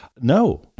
No